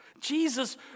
Jesus